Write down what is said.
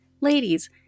ladies